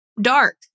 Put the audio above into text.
dark